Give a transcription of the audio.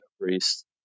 Priest